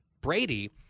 Brady